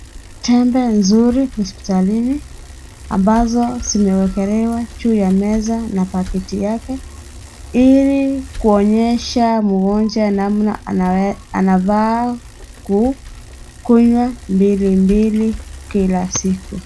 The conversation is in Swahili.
Temve nzuri hospitalini, ambazo zimewekelewa juu ya meza na pakiti yake, ili kuonyesha mgonja namna anawe, anavaa kuu, kunywa mbili mbili kila siku.